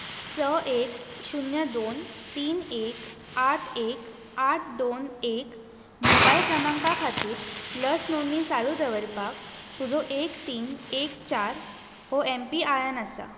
स एक शून्य दोन तीन एक आठ एक आठ दोन एक मोबायल क्रमांका खातीर लस नोंदणी चालू दवरपाक तुजो एक तीन एक चार हो एम पी आय एन आसा